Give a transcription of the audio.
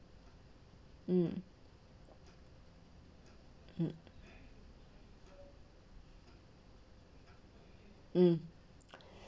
mm mm mm